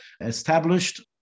established